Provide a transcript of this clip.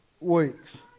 weeks